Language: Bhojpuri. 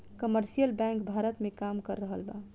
कमर्शियल बैंक भारत में काम कर रहल बा